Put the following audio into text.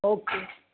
okay